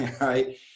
right